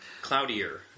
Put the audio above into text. cloudier